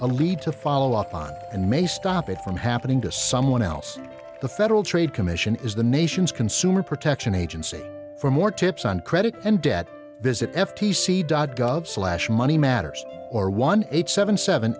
a lead to follow up on and may stop it from happening to someone else the federal trade commission is the nation's consumer protection agency for more tips on credit and debt visit f t c dot gov slash money matters or one eight seven seven